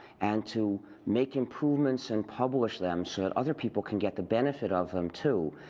and to make improvements and publish them so that other people can get the benefit of them, too.